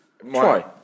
try